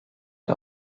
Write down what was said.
der